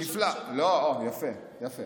נפלא, יפה, יפה.